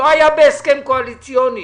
לא היה בהסכם קואליציוני.